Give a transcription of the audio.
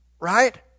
Right